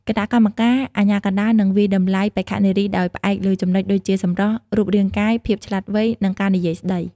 គណៈកម្មការអាជ្ញាកណ្តាលនឹងវាយតម្លៃបេក្ខនារីដោយផ្អែកលើចំណុចដូចជា សម្រស់ រូបរាងកាយ ភាពឆ្លាតវៃ និងការនិយាយស្តី។